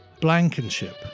Blankenship